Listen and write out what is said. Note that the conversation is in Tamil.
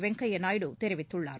வெங்கைய நாயுடு தெரிவித்துள்ளார்